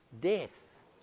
death